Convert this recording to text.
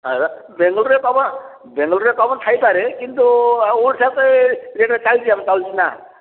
ଆଉ ବେଙ୍ଗାଲୋରରେ କମ ବେଙ୍ଗାଲୋରରେ କମ ଥାଇପାରେ କିନ୍ତୁ ଓଡ଼ିଶାରେ ତ ରେଟ୍ ଚାଲିଛି ଆମେ ଚାଲିଛି ନା